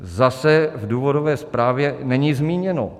Zase v důvodové zprávě není zmíněno.